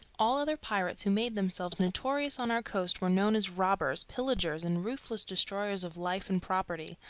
all other pirates who made themselves notorious on our coast were known as robbers, pillagers, and ruthless destroyers of life and property,